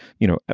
you know? and